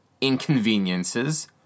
inconveniences